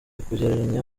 kugereranya